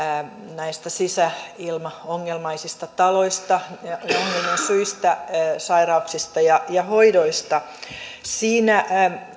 näistä sisäilmaongelmaisista taloista ongelmien syistä sairauksista ja ja hoidoista siinä